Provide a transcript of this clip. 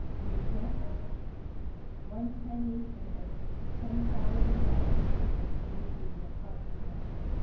an example one penny in every ten thousand dollars would be a part per million.